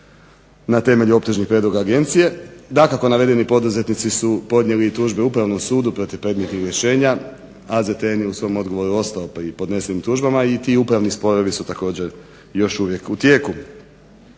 na temelju optužnih prijedloga Agencije, dakako navedeni poduzetnici su podnijeli tužbe upravnom sudu protiv predmetnih rješenja a … u svom odgovoru je ostao pri podnesenim tužbama i ti upravni sporovi su još uvijek u tijeku,